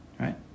right